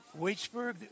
Waitsburg